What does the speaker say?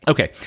Okay